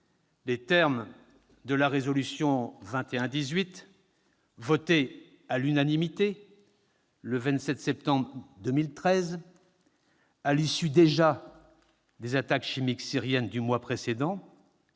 l'article 21 de la résolution 2118, votée à l'unanimité le 27 septembre 2013, à la suite, déjà, des attaques chimiques syriennes du mois précédent